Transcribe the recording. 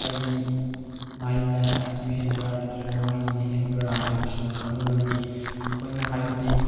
ꯑꯩꯒꯤ ꯃꯥꯏꯟꯅ I Q ꯍꯦꯟꯕ꯭ꯔ ꯅꯠꯇ꯭ꯔꯒ ꯃꯥꯒꯤꯅ ꯍꯦꯟꯕ꯭ꯔ ꯍꯥꯏꯕꯁꯨ ꯈꯪꯕ ꯉꯝꯃꯤ ꯑꯩꯈꯣꯏꯅ ꯍꯥꯏꯕꯗꯤ